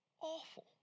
awful